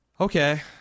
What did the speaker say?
Okay